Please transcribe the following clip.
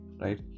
right